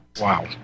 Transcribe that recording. Wow